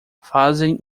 fazem